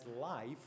life